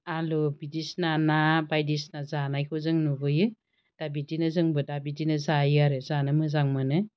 आलु बिदिसिना ना बायदिसिना जानायखौ जों नुबोयो दा बिदिनो जोंबो दा बिदिनो जायो आरो जानो मोजां मोनो